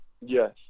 Yes